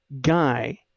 guy